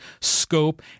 scope